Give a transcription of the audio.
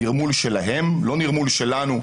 נרמול שלהם, לא נרמול שלנו.